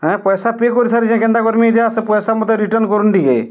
ନାଁ ପଇସା ପେ କରିସାରିଛି ଯେ କେମିତି କରବି ସେ ପଇସା ମୋତେ ରିଟର୍ନ କରନ୍ତୁ ଟିକେ